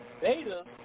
beta